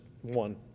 one